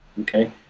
okay